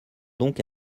donc